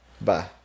Bye